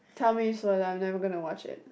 tell me spoiler I'm never gonna watch it